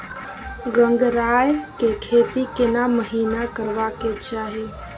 गंगराय के खेती केना महिना करबा के चाही?